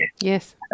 Yes